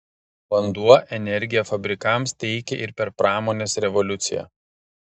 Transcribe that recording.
vanduo energiją fabrikams teikė ir per pramonės revoliuciją